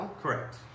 correct